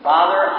Father